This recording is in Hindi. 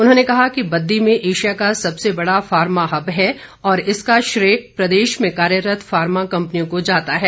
उन्होंने कहा कि बद्दी में एशिया का सबसे बड़ा फॉर्मा हब है और इसका श्रेय प्रदेश में कार्यरत फॉर्मा कम्पनियों को जाता है